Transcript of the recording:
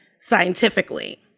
scientifically